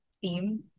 theme